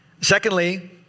Secondly